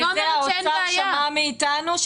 ואת זה האוצר שמע מאתנו,